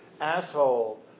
asshole